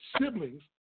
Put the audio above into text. siblings